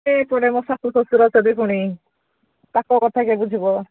ନା ଏପଟେ ମୋ ଶାଶୁ ଶ୍ୱଶୁର ଅଛନ୍ତିି ପୁଣି ତାଙ୍କ କଥା କିଏ ବୁଝିବ